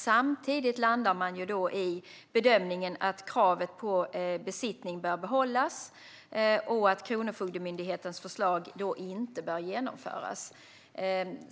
Samtidigt landar man i bedömningen att kravet på besittning bör behållas och att Kronofogdemyndighetens förslag inte bör genomföras.